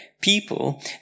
people